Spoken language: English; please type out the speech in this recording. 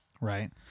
right